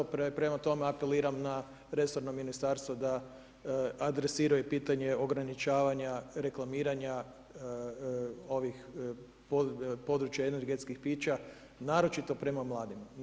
Prema tome, apeliram na resorno ministarstvo da adresira i pitanje ograničavanja reklamiranja ovih područja energetskih pića naročito prema mladima.